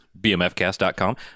bmfcast.com